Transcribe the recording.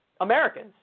Americans